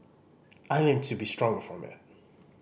I learnt to be stronger from it